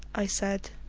i said.